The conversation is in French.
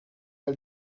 pas